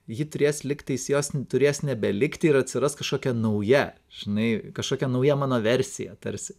ji turės lygtais jos turės nebelikti ir atsiras kažkokia nauja žinai kažkokia nauja mano versija tarsi